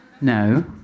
No